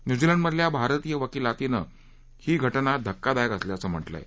New Zealand मधल्या भारतीय वकीलातीनं ही घटना धक्कादायक असल्याचं म्हटलंय